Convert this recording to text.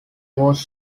was